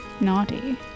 naughty